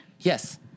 Yes